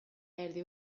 erdi